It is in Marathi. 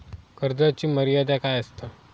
कर्जाची मर्यादा काय असता?